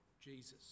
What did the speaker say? Jesus